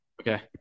Okay